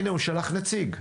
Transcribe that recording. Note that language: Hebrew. הנה הוא שלח נציג.